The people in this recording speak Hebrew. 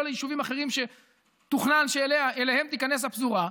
ליישובים אחרים שתוכנן שאליהם תיכנס הפזורה,